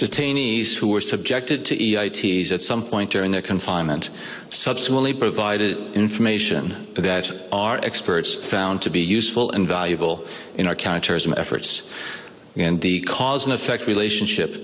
detainees who were subjected to the eighty's at some point during their confinement subsequently provided information that our experts found to be useful and valuable in our counterterrorism efforts and the cause and effect relationship